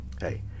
Hey